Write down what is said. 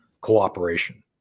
cooperation